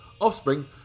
Offspring